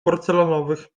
porcelanowych